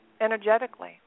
energetically